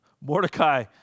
Mordecai